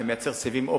שמייצר סיבים אופטיים,